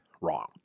wrong